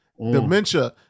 dementia